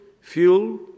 fuel